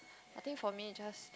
I think for me just